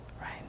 right